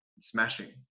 smashing